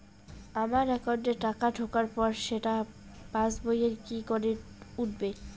আমার একাউন্টে টাকা ঢোকার পর সেটা পাসবইয়ে কি করে উঠবে?